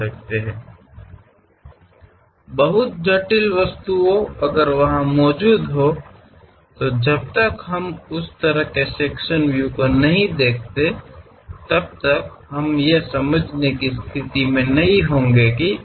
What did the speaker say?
ಅವುಗಳು ಇದ್ದರೆ ಬಹಳ ಸಂಕೀರ್ಣವಾದ ವಸ್ತುಗಳು ಆ ಬಾಗಿದ ವಿಭಾಗೀಯ ವೀಕ್ಷಣೆಗಳನ್ನು ನಾವು ತೋರಿಸದ ಹೊರತು ಆ ವಸ್ತುವಿನ ಒಳಗೆ ಏನೆಂದು ಅರ್ಥಮಾಡಿಕೊಳ್ಳುವ ಸ್ಥಿತಿಯಲ್ಲಿ ನಾವು ಇರುವುದಿಲ್ಲ